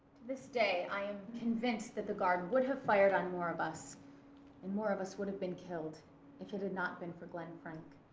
this day i am convinced that the guard would have fired on more of us, and more of us would have been killed if it had not been for glen frank.